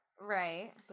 right